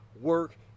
work